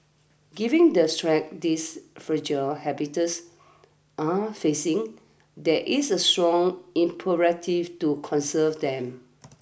giving the threats these fragile habitats are facing there is a strong imperative to conserve them